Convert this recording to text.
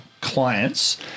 clients